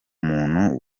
muntu